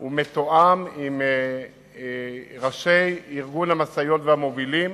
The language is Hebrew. מתואם עם ראשי ארגון המשאיות והמובילים,